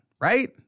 right